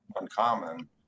uncommon